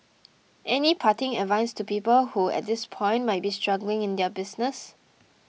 any parting advice to people who at this point might be struggling in their business